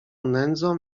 nędzą